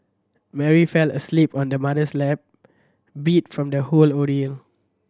Mary fell asleep on her mother's lap beat from the whole ordeal